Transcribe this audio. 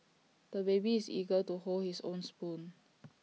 the baby is eager to hold his own spoon